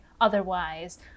Otherwise